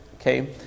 okay